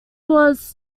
was